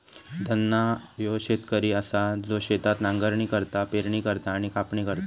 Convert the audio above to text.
धन्ना ह्यो शेतकरी असा जो शेतात नांगरणी करता, पेरणी करता आणि कापणी करता